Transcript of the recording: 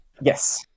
Yes